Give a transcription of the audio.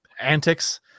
antics